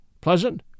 Pleasant